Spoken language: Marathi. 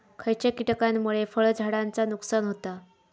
खयच्या किटकांमुळे फळझाडांचा नुकसान होता?